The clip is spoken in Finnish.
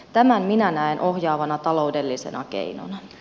tämän minä näen ohjaavana taloudellisena keinona